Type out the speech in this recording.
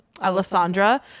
Alessandra